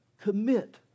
commit